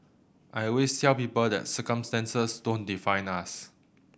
I always cell people that circumstances don't define us